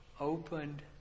opened